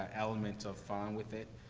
element of fun with it,